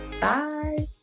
Bye